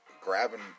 grabbing